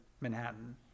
Manhattan